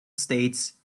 states